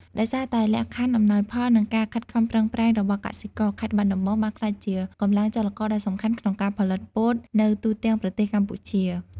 ដោយសារតែលក្ខខណ្ឌអំណោយផល និងការខិតខំប្រឹងប្រែងរបស់កសិករ ខេត្តបាត់ដំបងបានក្លាយជាកម្លាំងចលករដ៏សំខាន់ក្នុងការផលិតពោតនៅទូទាំងប្រទេសកម្ពុជា។